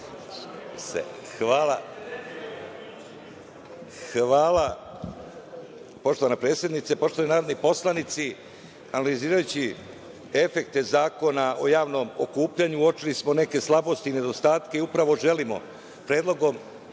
Hvala poštovana predsednice. Poštovani narodni poslanici, analizirajući efekte Zakona o javnom okupljanju, uočili smo neke slabosti i nedostatke i upravo želimo predlogom